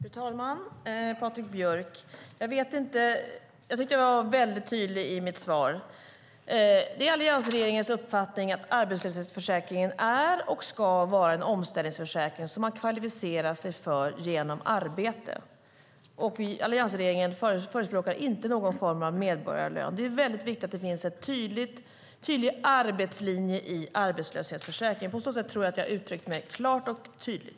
Fru talman och Patrik Björck! Jag tyckte att jag var väldigt tydlig i mitt svar. Det är alliansregeringens uppfattning att arbetslöshetsförsäkringen är och ska vara en omställningsförsäkring som man kvalificerar sig för genom arbete. Alliansregeringen förespråkar inte någon form av medborgarlön. Det är väldigt viktigt att det finns en tydlig arbetslinje i arbetslöshetsförsäkringen. På så sätt tror jag att jag har uttryckt mig klart och tydligt.